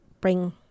bring